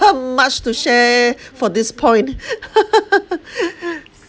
much to share for this point